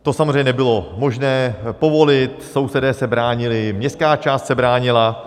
To samozřejmě nebylo možné povolit, sousedé se bránili, městská část se bránila.